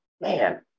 man